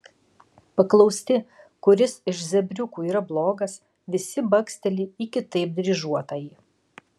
paklausti kuris iš zebriukų yra blogas visi baksteli į kitaip dryžuotąjį